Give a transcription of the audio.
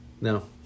No